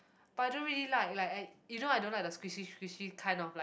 but I don't really like like I you know I don't like the squishy squishy kind of like